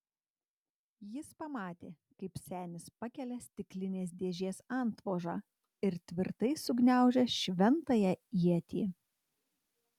jis pamatė kaip senis pakelia stiklinės dėžės antvožą ir tvirtai sugniaužia šventąją ietį